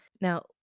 Now